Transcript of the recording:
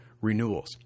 renewals